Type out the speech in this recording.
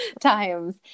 times